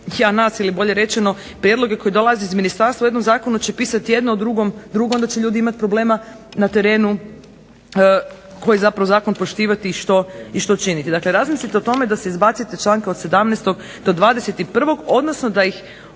ja nas ili bolje rečeno prijedloge koji dolaze iz ministarstva u jednom zakonu će pisati jedno, a u drugom drugo, onda će ljudi imati problema na terenu koji zapravo zakon poštivati i što činiti. Dakle, razmislite o tome da se izbacite članke od 17. do 21., odnosno da ih